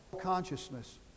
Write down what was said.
Consciousness